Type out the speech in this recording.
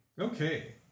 Okay